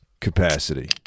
capacity